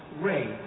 Ray